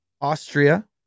Austria